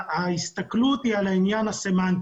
ההסתכלות היא על העניין הסמנטי.